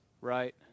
right